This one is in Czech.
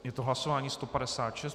Je to hlasování 156.